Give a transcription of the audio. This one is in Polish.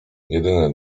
jedyny